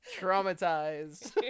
traumatized